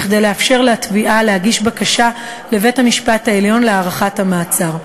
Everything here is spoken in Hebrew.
כדי לאפשר לתביעה להגיש בקשה לבית-המשפט העליון להארכת המעצר.